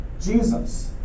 Jesus